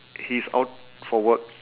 he's out for work